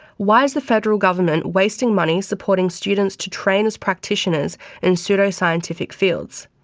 why is the federal government wasting money supporting students to train as practitioners in pseudo-scientific fields?